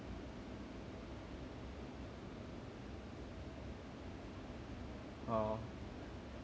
oh